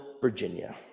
Virginia